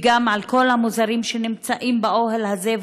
וגם על כל המוזרים שנמצאים באוהל הזה,